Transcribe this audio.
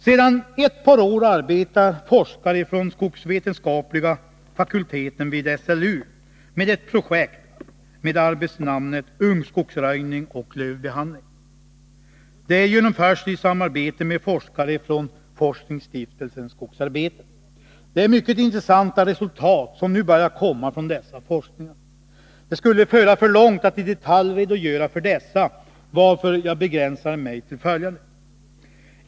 Sedan ett par år tillbaka arbetar forskare från skogsvetenskapliga fakulteten vid SLU med ett projekt med arbetsnamnet ”Ungskogsröjning och lövbehandling”, vilket genomförs i samarbete med forskare från Forskningsstiftelsen skogsarbeten. Det är mycket intressanta resultat som nu börjar komma fram vid dessa forskningar. Det skulle föra för långt att i detalj redogöra för dessa, varför jag begränsar mig till följande.